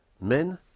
Men